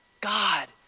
God